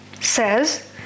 says